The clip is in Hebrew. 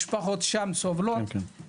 משפחות שם סובלות,